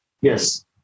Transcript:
yes